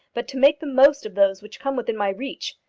but to make the most of those which come within my reach.